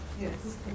Yes